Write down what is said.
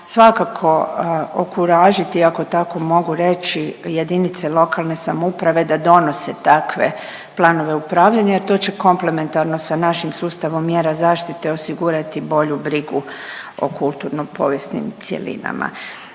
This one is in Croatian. svakako okuražiti ako tako mogu reći jedinice lokalne samouprave da donose takve planove upravljanja jer to će komplementarno sa našim sustav mjera zaštite osigurati bolju brigu o kulturno povijesnim cjelinama.